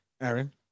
aaron